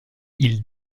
ils